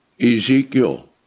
Ezekiel